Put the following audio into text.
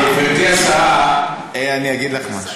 גברתי השרה, אני אגיד לך משהו.